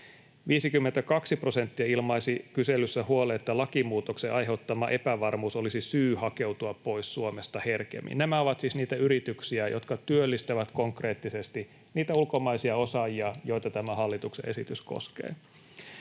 52 prosenttia ilmaisi kyselyssä huolen, että lakimuutoksen aiheuttama epävarmuus olisi syy hakeutua pois Suomesta herkemmin. Nämä ovat siis niitä yrityksiä, jotka työllistävät konkreettisesti niitä ulkomaisia osaajia, joita tämä hallituksen esitys koskee.